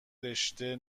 رشتهء